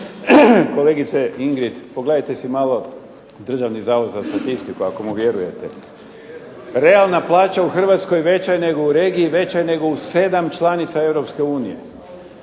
Kolegice Ingrid, pogledajte si malo Državni zavod za statistiku, ako mu vjerujete. Realna plaća u Hrvatskoj veća je nego u regiji, veća je nego u sedam članica